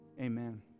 amen